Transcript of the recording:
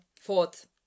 fourth